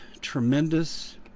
tremendous